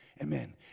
Amen